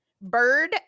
bird